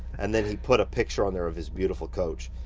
and then he put a picture on there of his beautiful coach.